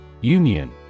Union